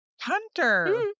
hunter